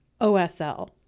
OSL